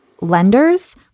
lenders